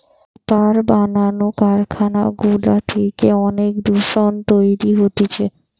paper বানানো কারখানা গুলা থেকে অনেক দূষণ তৈরী হতিছে